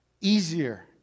easier